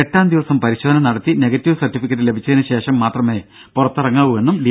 എട്ടാം ദിവസം പരിശോധന നടത്തി നെഗറ്റീവ് സർട്ടിഫിക്കറ്റ് ലഭിച്ചതിന് ശേഷമേ പുറത്തിറങ്ങാവുവെന്നും ഡി